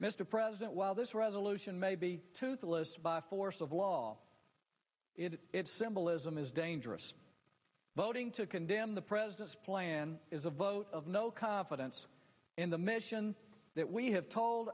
mr president while this resolution maybe toothless force of law its symbolism is dangerous voting to condemn the president's plan is a vote of no confidence in the mission that we have told